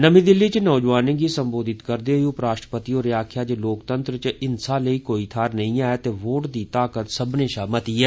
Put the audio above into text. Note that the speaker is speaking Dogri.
नमीं दिल्ली च नौजवानें गी सम्बोधित करदे होई उपराष्ट्रपति होरें आक्खेआ जे लोकतंत्र च हिंसा लेई कोई थाहर नेई ऐ ते वोट दी ताकत सब्बनें शा मती ऐ